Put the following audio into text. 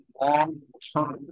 long-term